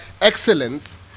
excellence